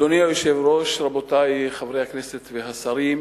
אדוני היושב-ראש, רבותי חברי הכנסת והשרים,